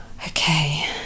Okay